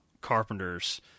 Carpenter's